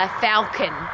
falcon